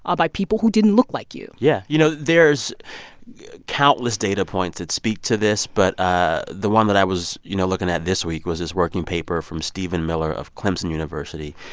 ah by people who didn't look like you yeah. you know, there's countless data points that speak to this, but ah the one that i was, you know, looking at this week was this working paper from steven miller of clemson university.